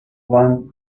juan